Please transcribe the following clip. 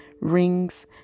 rings